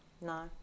No